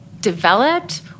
developed